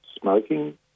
smoking